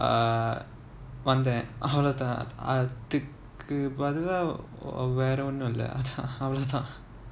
uh வந்தேன் அவ்ளோ தான் அதுக்கு பதிலா வேற ஒன்னும் இல்ல அவ்ளோ தான்:vanthen avlo thaan athuku pathilaa vera onnum illa avlo than